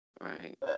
right